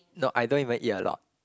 no I don't even eat a lot